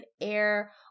air